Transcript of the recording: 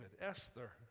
Esther